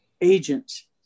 agents